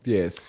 Yes